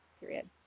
period